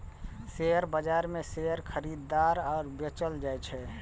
share बाजार मे share खरीदल आ बेचल जाइ छै